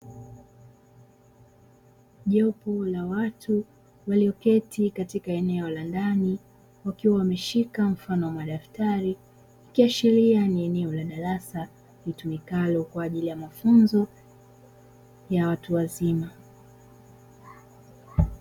Jopo la watu walioketi katika eneo la ndani wakiwa wameshika mfano wa daftari, ikiashiria ni eneo la darasa litumikalo kwa ajili ya mafunzo ya watu wazima.